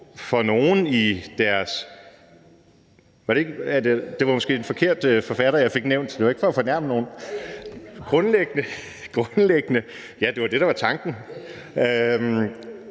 osv. osv. – det var måske en forkert forfatter, jeg fik nævnt; det var ikke for at fornærme nogen. Grundlæggende lyder det tiltalende